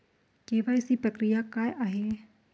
KYC प्रक्रिया काय आहे?